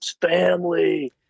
family